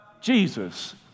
Jesus